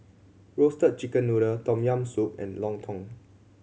Roasted Chicken Noodle Tom Yam Soup and lontong